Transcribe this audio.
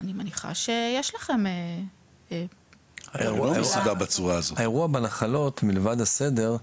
אני מניחה שיש לכם --- האירוע בנחלות מלבד הסדר,